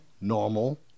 normal